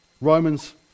Romans